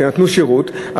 שנתנו שירות.